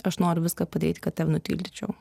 aš noriu viską padaryti kad tave nutildyčiau